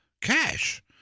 cash